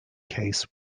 case